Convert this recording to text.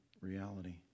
reality